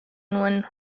nuen